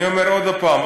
אני אומר עוד הפעם,